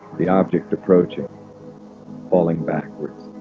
the object approaching falling backwards